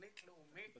תכנית לאומית